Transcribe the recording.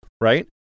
right